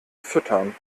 füttern